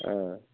ஆ